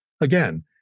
again